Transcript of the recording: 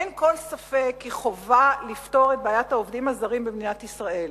אין כל ספק כי חובה לפתור את בעיית העובדים הזרים במדינת ישראל.